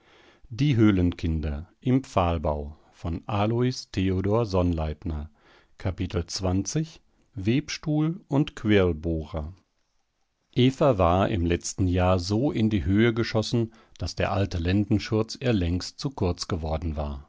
aufweichen konnte webstuhl und quirlbohrer eva war im letzten jahr so in die höhe geschossen daß der alte lendenschurz ihr längst zu kurz geworden war